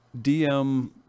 DM